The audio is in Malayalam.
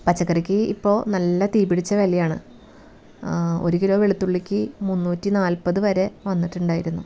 പച്ചക്കറിക്ക് ഇപ്പോൾ നല്ല തീ പിടിച്ച വിലയാണ് ഒരു കിലോ വെളുത്തുള്ളിക്ക് മുന്നൂറ്റി നാൽപ്പത് വരെ വന്നിട്ടുണ്ടായിരുന്നു